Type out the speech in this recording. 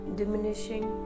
diminishing